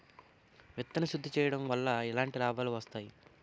విత్తన శుద్ధి చేయడం వల్ల ఎలాంటి లాభాలు వస్తాయి?